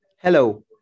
Hello